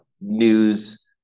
news